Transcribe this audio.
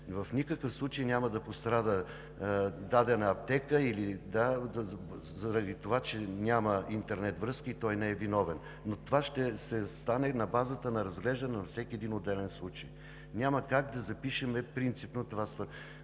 в никакъв случай няма да пострада дадена аптека заради това, че няма интернет връзка и тя не е виновна. Но това ще стане на базата на разглеждане на всеки един отделен случай. Няма как да запишем принципно това изискване,